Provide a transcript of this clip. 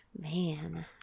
Man